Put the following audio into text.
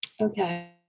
Okay